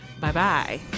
Bye-bye